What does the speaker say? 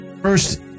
First